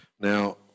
Now